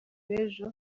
b’ejo